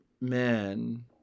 men